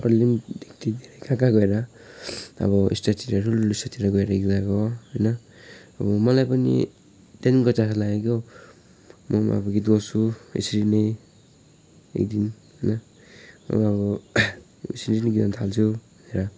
अरूले देख्थेँ धेरै कहाँ कहाँ गएर अब स्टेजतिर गएर गीत गाएको होइन अब मलाई पनि त्यहाँदेखिको चाह लाग्यो क्या म पनि अब गीत गाउँछु यसरी नै एकदिन होइन म पनि अब यसरी नै गीत गाउन थाल्छु भनेर